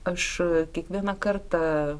aš kiekvieną kartą